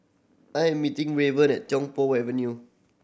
I am meeting Raven at Tiong Poh Avenue